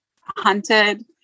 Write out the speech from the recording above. hunted